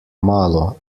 malo